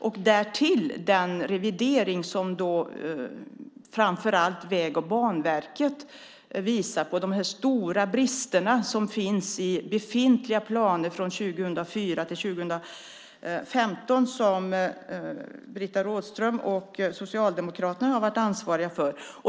Dessutom har vi den revidering som framför allt Vägverket och Banverket visat på, det vill säga de stora brister som finns i de befintliga planerna för 2004-2015, dem som Britta Rådström och Socialdemokraterna varit ansvariga för.